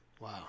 Wow